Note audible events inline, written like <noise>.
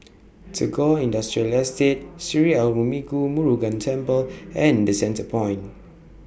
<noise> Tagore Industrial Estate Sri Arulmigu Murugan Temple and The Centrepoint